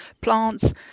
plants